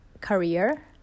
career